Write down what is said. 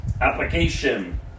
Application